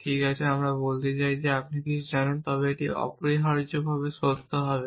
ঠিক আছে আমরা বলতে চাই যে আপনি যদি কিছু জানেন তবে এটি অপরিহার্যভাবে সত্য হবে